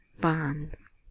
bombs